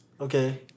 Okay